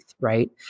right